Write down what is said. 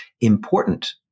important